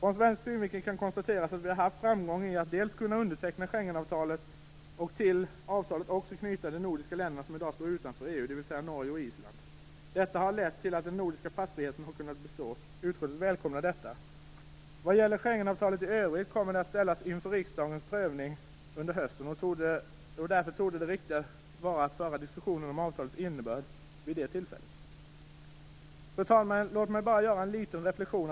Ur svensk synvinkel kan konstateras att vi har haft framgång dels genom att kunna underteckna Schengenavtalet, dels genom att till avtalet också knyta de nordiska länder som i dag står utanför EU, dvs. Norge och Island. Detta har lett till att den nordiska passfriheten har kunnat bestå. Utskottet välkomnar detta. Schengenavtalet kommer i övrigt att bli föremål för riksdagens prövning under hösten. Därför torde det riktiga vara att föra diskussionen om avtalets innebörd vid det tillfället. Fru talman! Låt mig avslutningsvis bara göra en liten reflexion.